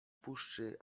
puszczy